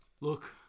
Look